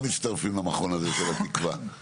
מצטרפים למכון הזה של התקווה.